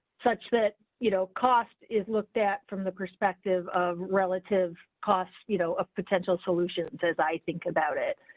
such that you know cost is looked at from the perspective of relative costs you know of potential solutions as i think about it.